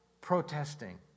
protesting